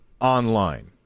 online